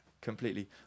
completely